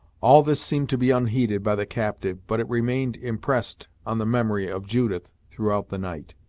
all this seemed to be unheeded by the captive, but it remained impressed on the memory of judith throughout the night.